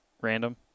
random